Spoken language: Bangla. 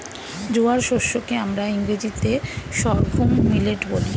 জোয়ার শস্য কে আমরা ইংরেজিতে সর্ঘুম মিলেট বলি